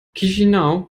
chișinău